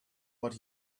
what